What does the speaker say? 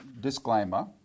disclaimer